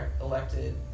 elected